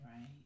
Right